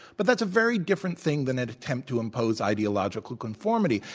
but that's a very different thing than an attempt to impose ideological conformity.